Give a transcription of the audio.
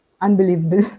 unbelievable